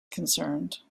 concerned